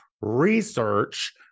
research